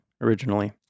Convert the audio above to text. originally